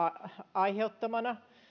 aiheuttamana